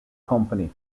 company